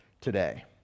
today